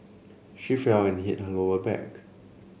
she fell and hit her lower back